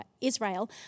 Israel